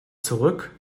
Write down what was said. zurück